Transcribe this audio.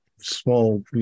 small